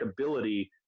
ability